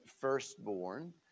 firstborn